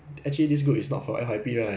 quite shag lah ya lah